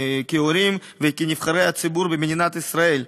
כהורים וכנבחרי הציבור במדינת ישראל,